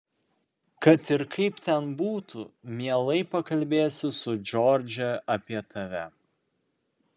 kad ir kaip ten būtų mielai pakalbėsiu su džordže apie tave